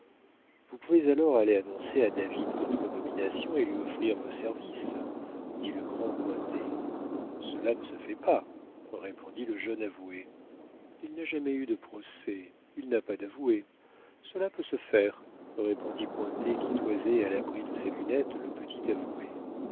vous pouvez alors aller annoncer à david votre nomination et lui offrir vos services dit le grand cointet cela ne se fait pas répondit le jeune avoué il n'a jamais eu de procès il n'a pas d'avoué cela peut se faire répondit cointet qui toisait à l'abri de ses lunettes le petit avoué